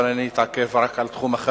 אבל אני אתעכב היום רק על תחום אחד.